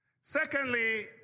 Secondly